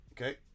Okay